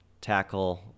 tackle